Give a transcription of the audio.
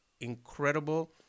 incredible